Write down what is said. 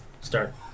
Start